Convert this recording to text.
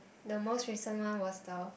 the most recent one was the